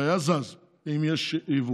והוא היה זז אם יש יבוא.